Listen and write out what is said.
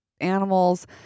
animals